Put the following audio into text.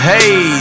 Hey